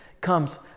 comes